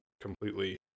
completely